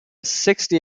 sixty